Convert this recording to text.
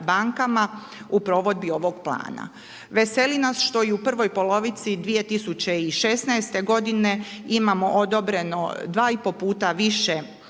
u provedbi ovog plana. Veseli nas što i u prvoj polovici 2016. godine imamo odobreno 2 i pol puta više,